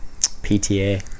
PTA